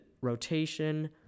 rotation